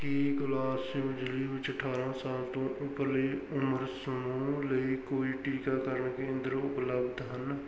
ਕੀ ਕੋਲਾਸਿਬ ਜ਼ਿਲ੍ਹੇ ਵਿੱਚ ਅਠਾਰਾਂ ਸਾਲ ਤੋਂ ਉਪਰਲੇ ਉਮਰ ਸਮੂਹ ਲਈ ਕੋਈ ਟੀਕਾਕਰਨ ਕੇਂਦਰ ਉਪਲਬਧ ਹਨ